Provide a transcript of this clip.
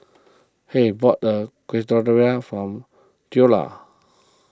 Hays bought the Quesadillas from theola